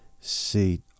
see